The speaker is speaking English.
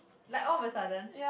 like all of a sudden